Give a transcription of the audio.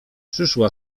przyszła